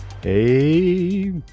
Hey